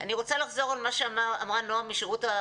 אני רוצה לחזור על מה שאמרה נעם מאיגוד